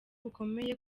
bukomeye